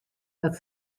dat